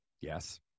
Yes